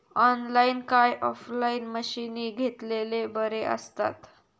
Online काय offline मशीनी घेतलेले बरे आसतात?